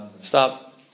Stop